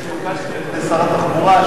התבקשתי על-ידי שר התחבורה,